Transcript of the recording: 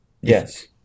yes